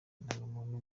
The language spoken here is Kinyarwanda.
indangamuntu